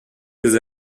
des